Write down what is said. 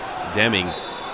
Demings